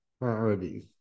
priorities